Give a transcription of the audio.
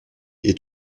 est